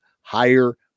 higher